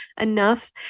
enough